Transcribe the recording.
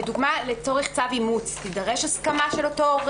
לצורך צו אימוץ תידרש הסכמה של אותו הורה